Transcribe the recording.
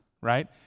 right